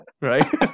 right